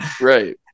right